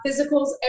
physicals